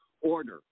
order